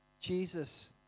Jesus